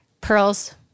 pearls